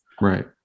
Right